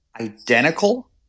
identical